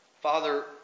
Father